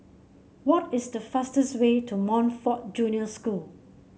what is the fastest way to Montfort Junior School